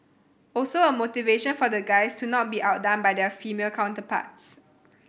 also a motivation for the guys to not be outdone by their female counterparts